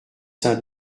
saint